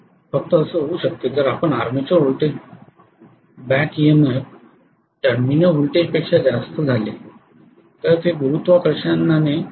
फक्त असे होऊ शकतेजर आपण armature voltage back EMF terminal व्होल्टेजपेक्षा जास्त झाले तर ते गुरुत्वाकर्षणाने खाली खेचले जाऊ शकते